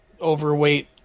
overweight